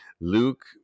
Luke